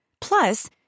plus